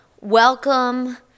Welcome